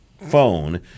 phone